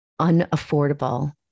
unaffordable